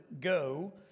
go